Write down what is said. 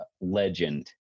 legend